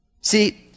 See